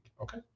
okay